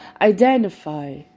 Identify